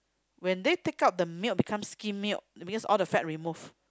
when they take out the milk become skim milk because all the fat remove